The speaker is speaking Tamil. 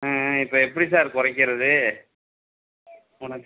ஆ ஆ இப்போ எப்படி சார் குறைக்கிறது